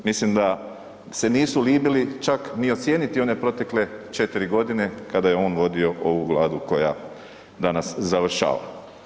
Mislim da se nisu libili čak ni ocijeniti one protekle 4 godine kada je on vodio ovu Vladu koja danas završava.